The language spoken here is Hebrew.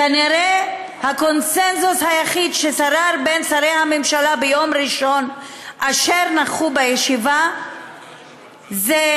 כנראה הקונסנזוס היחיד ששרר בין שרי הממשלה אשר נכחו בישיבה ביום ראשון